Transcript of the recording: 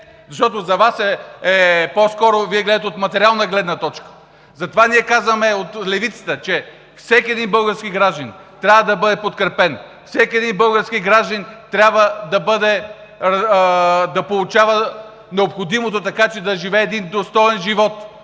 защото по-скоро Вие гледате от материална гледна точка. Затова ние от левицата казваме, че всеки един български гражданин трябва да бъде подкрепен, всеки един български гражданин трябва да получава необходимото, така че да живее един достоен живот